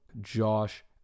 Josh